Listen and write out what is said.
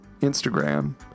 Instagram